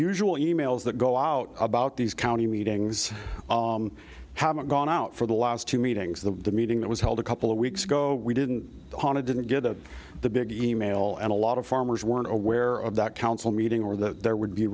usual emails that go out about these county meetings haven't gone out for the last two meetings the meeting that was held a couple of weeks ago we didn't want to didn't get to the big email and a lot of farmers weren't aware of that council meeting or that there